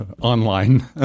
online